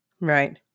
Right